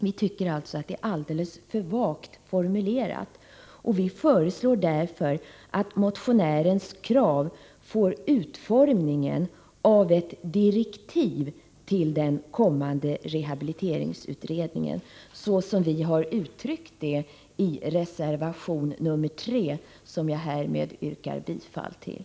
Vi tycker alltså att det är alldeles för vagt formulerat och föreslår därför att motionärens krav får utformningen av ett direktiv till den kommande rehabiliteringsutredningen, såsom vi uttryckt i reservation 3, som jag härmed yrkar bifall till.